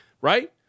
right